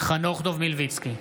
חנוך דב מלביצקי,